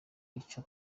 ico